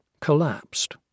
collapsed